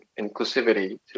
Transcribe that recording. inclusivity